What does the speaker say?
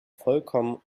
vollkommen